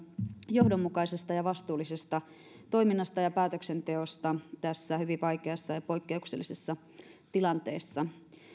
johdonmukaisesta ja vastuullisesta toiminnasta ja päätöksenteosta tässä hyvin vaikeassa ja poikkeuksellisessa tilanteessa